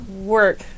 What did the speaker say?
work